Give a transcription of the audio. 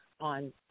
on